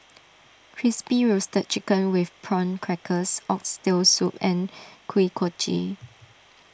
Crispy Roasted Chicken with Prawn Crackers Oxtail Soup and Kuih Kochi